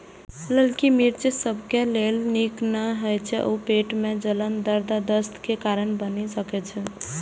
ललकी मिर्च सबके लेल नीक नै होइ छै, ऊ पेट मे जलन, दर्द आ दस्त के कारण बनि सकै छै